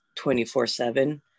24-7